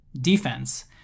defense